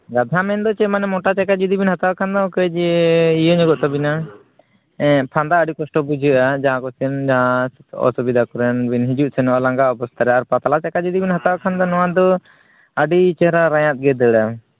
ᱜᱟᱫᱷᱟ ᱢᱮᱱᱫᱚ ᱪᱮᱫ ᱢᱟᱱᱮ ᱢᱚᱴᱟ ᱪᱟᱠᱟ ᱡᱩᱫᱤ ᱵᱮᱱ ᱦᱟᱛᱟᱣ ᱠᱷᱟᱱ ᱫᱚ ᱠᱟᱺᱪ ᱤᱭᱟᱹ ᱧᱚᱜᱚᱜ ᱛᱟᱹᱵᱤᱱᱟ ᱯᱷᱟᱸᱫᱟ ᱟᱹᱰᱤ ᱠᱚᱥᱴᱚ ᱵᱩᱡᱷᱟᱹᱜᱼᱟ ᱡᱟᱦᱟᱸ ᱠᱚᱥᱮᱱ ᱚᱥᱩᱵᱤᱫᱟ ᱠᱚᱨᱮ ᱵᱤᱱ ᱦᱤᱡᱩᱜ ᱥᱮᱱᱚᱜᱼ ᱞᱟᱸᱜᱟ ᱚᱵᱚᱥᱛᱟ ᱨᱮ ᱟᱨ ᱯᱟᱛᱞᱟ ᱪᱟᱠᱟ ᱡᱩᱫᱤ ᱵᱮᱱ ᱦᱟᱛᱟᱣ ᱠᱷᱟᱱ ᱫᱚ ᱱᱚᱣᱟ ᱫᱚ ᱟᱹᱰᱤ ᱪᱮᱦᱨᱟ ᱨᱟᱸᱭᱟᱛ ᱜᱮᱭ ᱫᱟᱹᱲᱟ